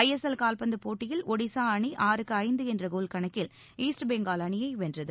ஐ S L கால்பந்து போட்டியில் ஒடிசா அணி ஆறுக்கு ஐந்து என்ற கோல் கணக்கில் ஈஸ்ட் பெங்கால் அணியை வென்றது